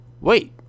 Wait